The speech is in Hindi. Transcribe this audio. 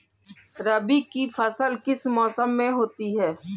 रबी की फसल किस मौसम में होती है?